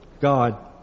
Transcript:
God